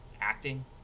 acting